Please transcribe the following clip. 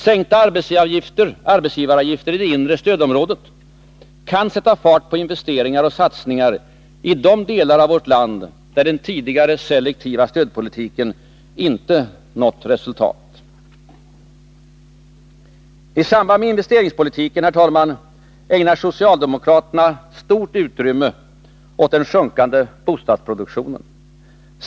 Sänkta arbetsgivaravgifter i det inre stödområdet kan sätta fart på investeringar och satsningar i de delar av landet där den tidigare selektiva stödpolitiken visat sig inte nå resultat. I samband med investeringspolitiken ägnar socialdemokraterna stort utrymme åt den sjunkande bostadsproduktionen.